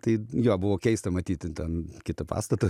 tai jo buvo keista matyti ten kitą pastatą